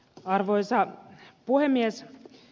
arvoisa puhemies